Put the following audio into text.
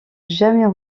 jamais